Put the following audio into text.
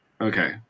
Okay